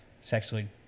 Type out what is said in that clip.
sexually